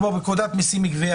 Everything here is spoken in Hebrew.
כמו בפקודת מסים (גבייה),